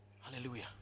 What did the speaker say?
Hallelujah